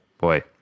boy